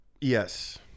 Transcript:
Yes